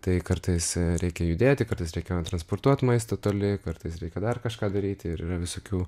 tai kartais reikia judėti kartais reikia transportuot maistą toli kartais reikia dar kažką daryti ir yra visokių